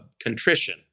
contrition